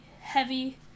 heavy